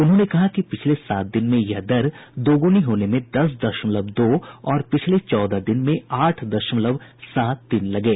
उन्होंने कहा कि पिछले सात दिन में यह दर दोगुनी होने में दस दशमलव दो और पिछले चौदह दिन में आठ दशमलव सात दिन लगे